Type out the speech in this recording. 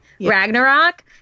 Ragnarok